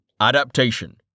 Adaptation